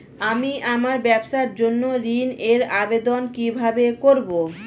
আমি আমার ব্যবসার জন্য ঋণ এর আবেদন কিভাবে করব?